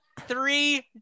three